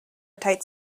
tight